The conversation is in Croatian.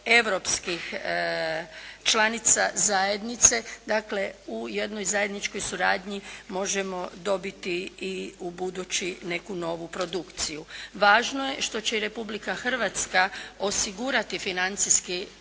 europskih članica zajednice. Dakle, u jednoj zajedničkoj suradnji možemo dobiti i ubuduće neku novu produkciju. Važno je što će i Republika Hrvatska osigurati financijski